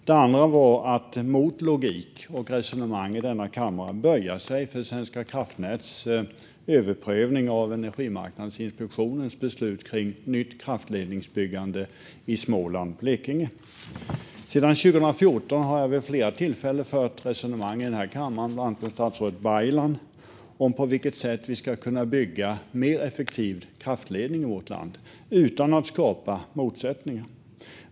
Det andra gällde att mot logik och resonemang i denna kammare böja sig för Svenska kraftnäts överprövning av Energimarknadsinspektionens beslut kring nytt kraftledningsbyggande i Småland och Blekinge. Sedan 2014 har jag vid flera tillfällen fört fram resonemang i denna kammare, bland annat till statsrådet Baylan, om på vilket sätt vi ska kunna bygga mer effektiv kraftledning i vårt land utan att skapa motsättningar.